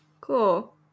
cool